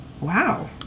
Wow